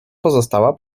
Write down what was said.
pozostała